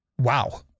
Wow